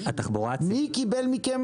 מי קיבל מכם